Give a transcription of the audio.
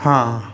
हाँ